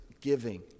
giving